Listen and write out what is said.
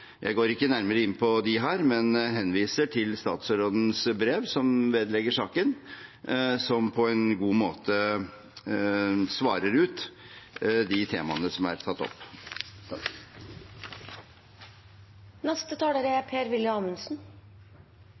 Jeg går ikke nærmere inn på dem her, men henviser til statsrådens brev, som er vedlagt saken, og som på en god måte svarer ut de temaene som er tatt opp.